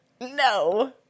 No